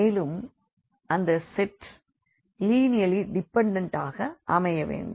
மேலும் அந்த set linearly dependent ஆக அமைய வேண்டும்